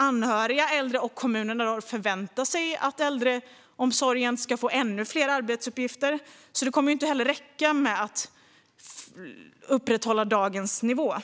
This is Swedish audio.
Anhöriga, äldre och kommunerna förväntar sig att äldreomsorgen ska få ännu fler arbetsuppgifter. Därför kommer det inte att räcka med att upprätthålla dagens nivå.